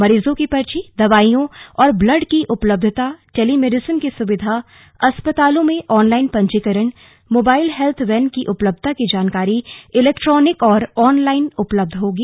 मरीजों की पर्ची दवाईयों और ब्लड की उपलब्धता टेलीमेडिसन की सुविधा अस्पतालों में ऑनलाइन पंजीकरण मोबाईल हैल्थ वैन की उपलब्धता की जानकारी इलेक्ट्रॉनिक और ऑनलाइन उपलब्ध होंगी